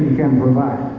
can provide.